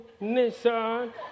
Nissan